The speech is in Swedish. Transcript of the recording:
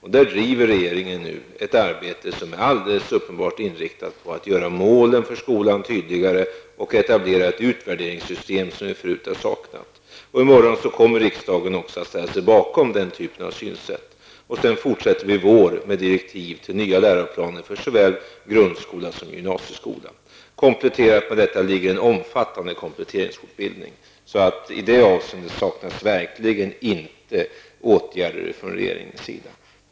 Här bedriver regeringen ett arbete som alldeles uppenbart är inriktat på att göra målen för skolan tydligare och på att etablera ett utvärderingssystem -- något som tidigare har saknats. I morgon kommer riksdagen att ställa sig bakom den typen av synsätt. I vår kommer sedan direktiv till nya läroplaner för såväl grundskola som gymnasieskola. Kombinerat med detta finns förslag om en omfattande kompletteringsutbildning. I detta avseende saknas verkligen inte åtgärder från regeringens sida.